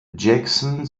jackson